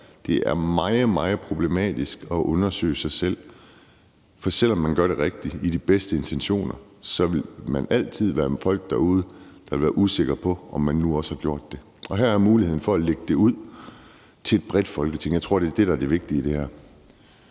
Det er meget, meget problematisk at undersøge sig selv, for selv om man gør det rigtigt og har de bedste intentioner, vil der altid være folk derude, der vil være usikre på, om man nu også har gjort det. Og her er muligheden for at lægge det ud til et bredt Folketing. Jeg tror, det er det, der er det vigtige i det her.